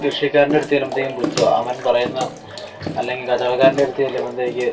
കൃഷിക്കാരൻ്റെ അടുത്ത് ചെല്ലുമ്പത്തേയും പുച്ഛമാ അവൻ പറയുന്ന അല്ലെങ്കിൽ കച്ചവടക്കാരൻ്റെ അടുത്ത് ചെല്ലുമ്പത്തേക്ക്